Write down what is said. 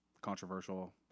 controversial